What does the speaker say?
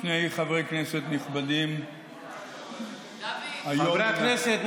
שני חברי כנסת נכבדים היום חברי הכנסת,